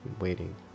waiting